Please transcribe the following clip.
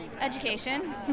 Education